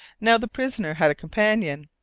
now the prisoner had a companion.